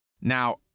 Now